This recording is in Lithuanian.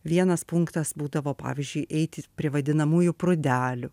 vienas punktas būdavo pavyzdžiui eiti prie vadinamųjų prūdelių